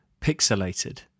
Pixelated